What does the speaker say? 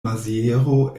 maziero